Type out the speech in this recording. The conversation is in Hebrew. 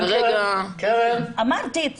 אמרתי.